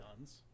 guns